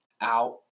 out